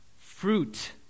fruit